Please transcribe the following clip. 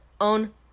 own